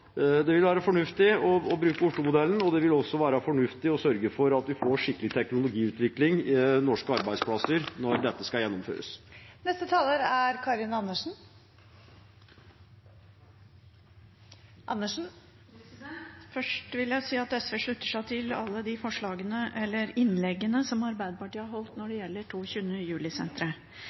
det ville være fornuftig å bruke Oslo-modellen, og det ville også være fornuftig å sørge for at vi får en skikkelig teknologiutvikling og norske arbeidsplasser når dette skal gjennomføres. Først vil jeg si at SV slutter seg til alle de innleggene Arbeiderpartiet har holdt når det gjelder